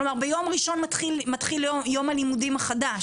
כלומר ביום ראשון מתחיל יום הלימודים החדש.